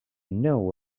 know